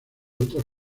otras